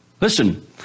Listen